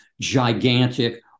gigantic